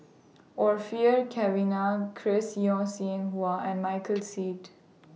Orfeur Cavenagh Chris Yeo Siew Hua and Michael Seet